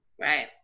right